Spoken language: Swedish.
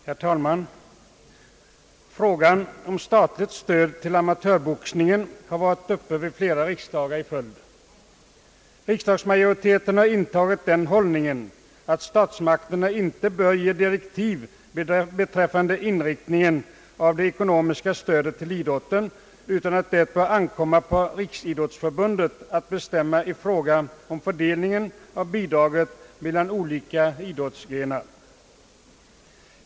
Herr talman! Frågan om statligt stöd till amatörboxningen har varit uppe till behandling vid flera riksdagar i följd. Riksdagsmajoriteten har intagit den hållningen, att statsmakterna inte bör ge direktiv beträffande inriktningen av det ekonomiska stödet till idrotten, utan att det får ankomma på Riksidrottsförbundet att bestämma i fråga om fördelnigen av bidraget mellan olika idrottsgrenar.